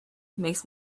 makes